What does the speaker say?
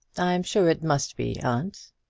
i'm sure it must be, aunt.